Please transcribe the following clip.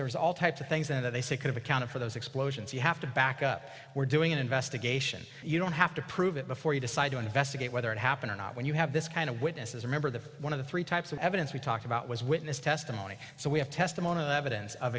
there's all types of things that they say could have accounted for those explosions you have to back up we're doing an investigation you don't have to prove it before you decide to investigate whether it happened or not when you have this kind of witnesses remember the one of the three types of evidence we talked about was witness testimony so we have testimony of evidence of